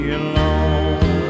alone